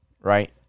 right